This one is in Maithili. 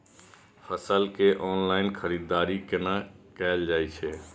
फसल के ऑनलाइन खरीददारी केना कायल जाय छै?